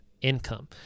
income